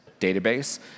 database